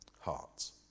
hearts